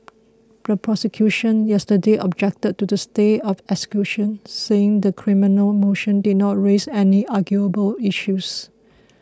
yesterday objected to the stay of execution saying the criminal motion did not raise any arguable issues